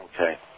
Okay